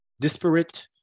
disparate